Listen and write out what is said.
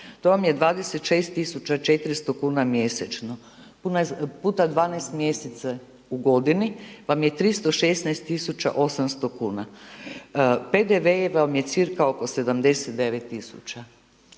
To vam je 26.400 kuna mjesečno puta 12 mjeseci u godini vam je 316.800 kuna. PDV vam je cca oko 79.000.